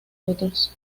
otros